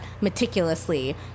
meticulously